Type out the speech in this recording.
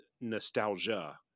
nostalgia